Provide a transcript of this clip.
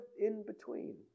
in-between